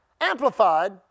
Amplified